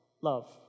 Love